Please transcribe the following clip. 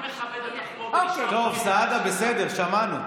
אני מכבד אותך פה ונשאר, טוב, סעדה, בסדר, שמענו.